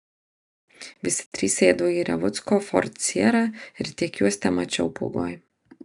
visi trys sėdo į revucko ford sierra ir tiek juos temačiau pūgoj